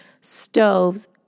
stoves